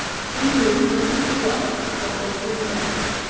he knew perfectly well what was to be done now.